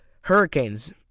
Hurricanes